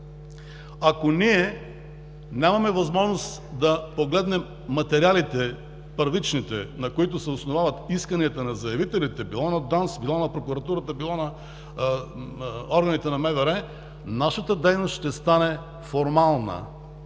Ако ние нямаме възможност да погледнем материалите, първичните, на които се основават исканията на заявителите – било на ДАНС, било на прокуратурата, било на органите на МВР, нашата дейност ще стане формална